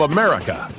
America